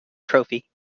trophy